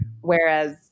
Whereas